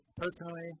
personally